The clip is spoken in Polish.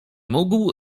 mógł